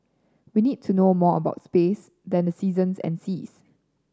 we need to know more about space than the seasons and seas